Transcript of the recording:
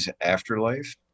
Afterlife